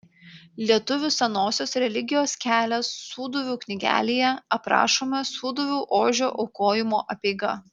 lietuvių senosios religijos kelias sūduvių knygelėje aprašoma sūduvių ožio aukojimo apeiga